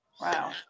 Wow